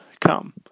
Come